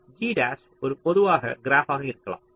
G dash ஒரு பொதுவான கிராப்பாக இருக்கலாம்